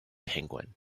penguin